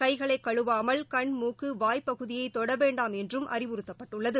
கைகளைகழுவாமல் கண் முக்குமற்றும் வாய் பகுதியைதொடவேண்டாம் என்றும் அறிவுறுத்தப்பட்டுள்ளது